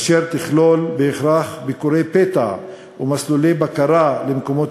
אשר תכלול בהכרח ביקורי פתע ומסלולי בקרה למקומות